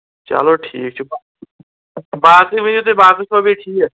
چلو ٹھیٖک چھُ باقٕے ؤنِو تُہۍ باقٕے چھِوا بیٚیہِ ٹھیٖک